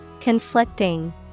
Conflicting